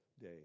day